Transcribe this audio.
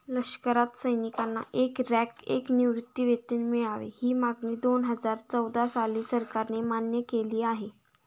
लष्करात सैनिकांना एक रँक, एक निवृत्तीवेतन मिळावे, ही मागणी दोनहजार चौदा साली सरकारने मान्य केली आहे